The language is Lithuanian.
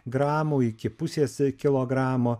gramų iki pusės kilogramo